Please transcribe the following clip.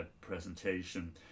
presentation